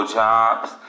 jobs